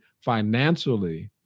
financially